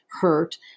hurt